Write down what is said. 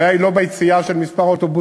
הבעיה היא לא ביציאה של כמה אוטובוסים,